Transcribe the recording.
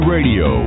Radio